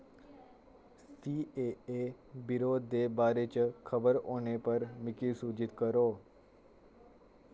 CAA विरोध दे बारे च खबर होने पर मिगी सूचत करो